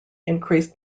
increased